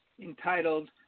entitled